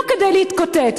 לא כדי להתקוטט.